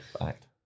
fact